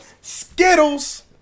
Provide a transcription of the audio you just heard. Skittles